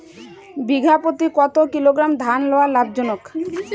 বিঘা প্রতি কতো কিলোগ্রাম ধান হওয়া লাভজনক?